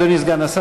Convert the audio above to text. אדוני סגן השר,